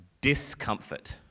discomfort